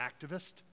activist